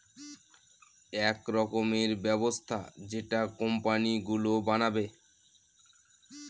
এক রকমের ব্যবস্থা যেটা কোম্পানি গুলো বানাবে